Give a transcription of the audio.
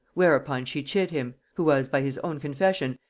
whereupon she chid him, who was, by his own confession,